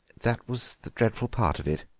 that was the dreadful part of it.